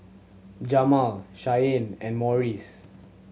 Jamal Shianne and Morris